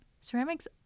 Ceramics